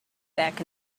back